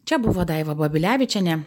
čia buvo daiva babilevičienė